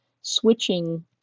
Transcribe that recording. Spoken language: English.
switching